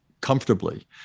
comfortably